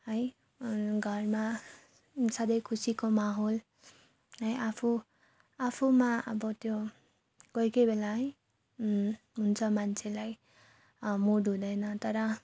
है अरू घरमा सधैँ खुसीको माहौल है आफू आफूमा अब त्यो कोही कोही बेला है हुन्छ मान्छेलाई मुड हुँदैन तर